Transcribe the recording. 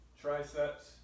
triceps